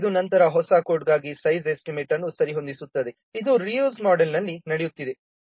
ಇದು ನಂತರ ಹೊಸ ಕೋಡ್ಗಾಗಿ ಸೈಜ್ ಎಸ್ಟಿಮೇಟ್ ಅನ್ನು ಸರಿಹೊಂದಿಸುತ್ತದೆ ಇದು ರೀ ಯೂಸ್ ಮೋಡೆಲ್ನಲ್ಲಿ ನಡೆಯುತ್ತಿದೆ